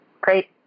great